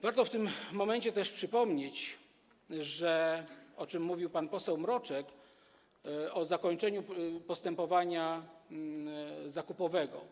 Warto w tym momencie przypomnieć, o tym mówił pan poseł Mroczek, o zakończeniu postępowania zakupowego.